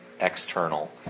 external